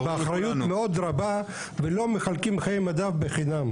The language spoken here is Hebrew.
באחריות מאוד רבה ולא מחלקים חיי מדף בחינם.